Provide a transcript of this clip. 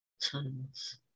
times